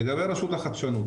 לגבי הרשות לחדשנות,